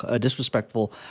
disrespectful